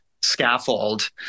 scaffold